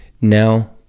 Now